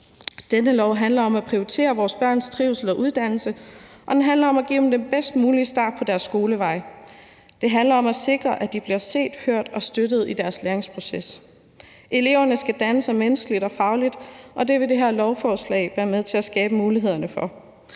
Dette lovforslag handler om at prioritere vores børns trivsel og uddannelse, og det handler om at give dem den bedst mulige start på deres skolevej. Det handler om at sikre, at de bliver set, hørt og støttet i deres læringsproces. Eleverne skal dannes menneskeligt og fagligt, og det vil det her lovforslag være med til at skabe mulighederne for.